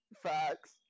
Facts